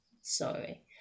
sorry